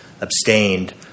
abstained